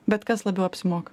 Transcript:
bet kas labiau apsimoka